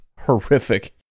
horrific